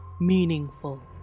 meaningful